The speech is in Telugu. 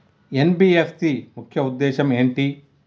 ఎన్.బి.ఎఫ్.సి ముఖ్య ఉద్దేశం ఏంటి?